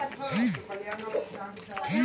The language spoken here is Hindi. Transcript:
भारतीय जीवन बीमा निगम में सदस्यता कैसे लें?